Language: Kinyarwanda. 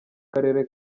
karere